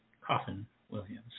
Coffin-Williams